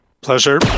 pleasure